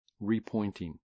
repointing